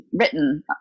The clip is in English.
written